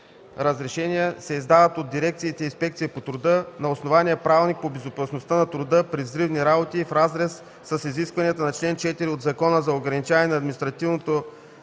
разрешения се издават от дирекциите „Инспекция по труда” на основание Правилник по безопасност на труда при взривни работи и в разрез с изискванията на чл. 4 от Закона за ограничаване на административното